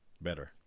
better